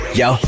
yo